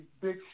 big